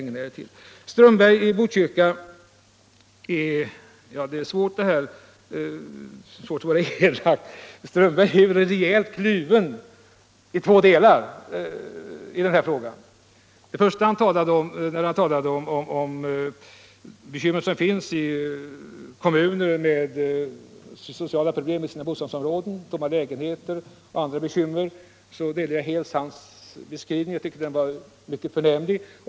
Herr Strömberg i Botkyrka är rejält kluven i två delar i den här frågan. Han talade om bekymren i kommuner med sociala problem i sina bostadsområden, med tomma lägenheter och andra bekymmer, och jag instämmer där helt i hans beskrivning, som var mycket förnämlig.